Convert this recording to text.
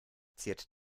ziert